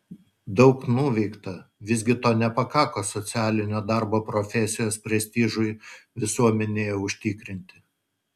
daug nuveikta visgi to nepakako socialinio darbo profesijos prestižui visuomenėje užtikrinti